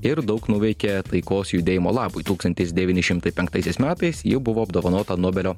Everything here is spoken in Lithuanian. ir daug nuveikė taikos judėjimo labui tūkstantis devyni šimtai penktaisiais metais ji buvo apdovanota nobelio